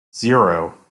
zero